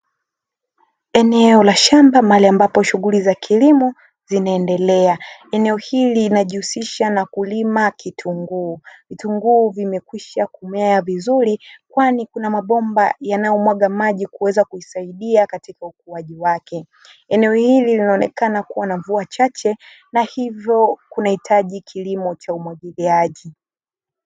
Eneo la shamba mahali ambapo shughuli za kilimo zinaendelea. Eneo hili linajihusisha na kulima kitunguu. Vitunguu vimekwisha kumea vizuri kwani kuna mabomba yanayomwaga maji kuweza kusaidia katika ukuaji wake. Eneo hili linaonekana kuwa na mvua chache na hivyo kunahitaji kilimo cha umwagiliaji.